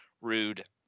Rude